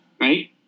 right